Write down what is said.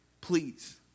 please